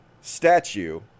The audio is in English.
statue